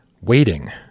waiting